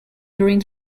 during